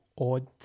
odd